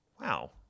Wow